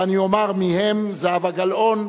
ואני אומר מי הם: זהבה גלאון,